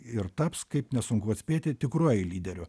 ir taps kaip nesunku atspėti tikruoju lyderiu